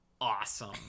awesome